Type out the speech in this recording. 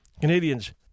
Canadians